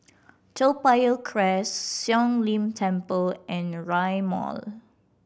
Toa Payoh Crest Siong Lim Temple and Rail Mall